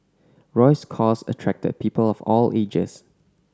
Roy's cause attracted people of all ages